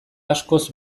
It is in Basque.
askoz